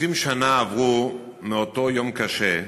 20 שנה עברו מאותו יום קשה,